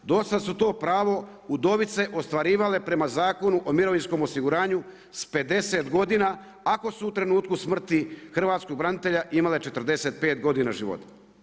Do sada su to pravo udovice ostvarivale prema Zakonu o mirovinskom osiguranju s 50 godina ako su u trenutku smrti hrvatskog branitelja imale 45 godina života.